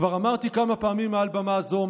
"כבר אמרתי כמה פעמים מעל במה זו",